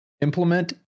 implement